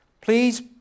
Please